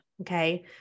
Okay